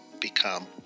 become